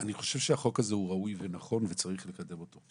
אני חושב שהחוק הזה הוא ראוי ונכון וצריך לקדם אותו,